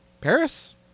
paris